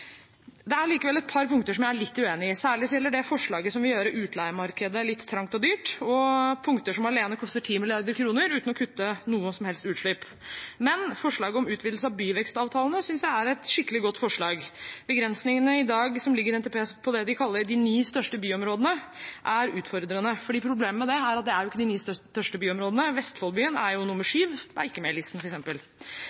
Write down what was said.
Det er likevel et par punkter jeg er litt uenig i. Det gjelder særlig forslaget som vil gjøre utleiemarkedet litt trangt og dyrt, og punkter som alene koster 10 mrd. kr uten å kutte noen som helst utslipp. Men forslaget om utvidelse av byvekstavtalene synes jeg er et skikkelig godt forslag. Begrensningene som i dag ligger i NTP på det de kaller de ni største byområdene, er utfordrende. Problemet er at det ikke er de ni største byområdene. Vestfoldbyen, f.eks., er jo nummer